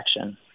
action